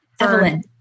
Evelyn